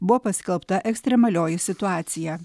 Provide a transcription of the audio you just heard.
buvo paskelbta ekstremalioji situacija